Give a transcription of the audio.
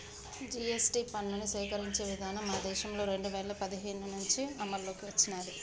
GST పన్నుని సేకరించే విధానం మన దేశంలో రెండు వేల పదిహేడు నుంచి అమల్లోకి వచ్చినాది